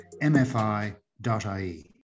mfi.ie